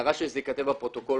דרש שזה ייכתב בפרוטוקול,